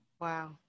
Wow